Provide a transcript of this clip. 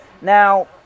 Now